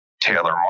Taylor